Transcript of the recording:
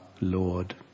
Lord